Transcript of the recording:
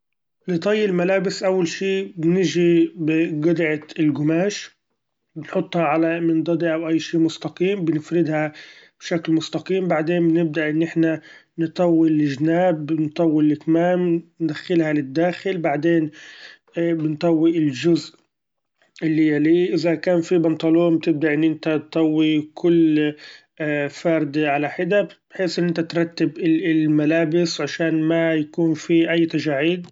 لطي الملابس; أول شي بنچي بقطعة القماش نحطها على منضدة أو أي شي مستقيم بنفردها شكل مستقيم ، بعدين بنبدأ إن احنا نطوي الچناب نطوي الاكمام ندخلها للداخل بعدين بنطوي الچزء اللي يليه ، إذا كان فيه بنطلون تبدأ إن إنت تطوي كل فردة على حدا بحيث إن إنت ترتب الملابس عشإن ما يكون في أي تچاعيد.